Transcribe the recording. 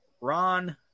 Ron